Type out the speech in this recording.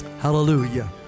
Hallelujah